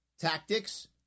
tactics